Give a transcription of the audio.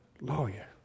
lawyer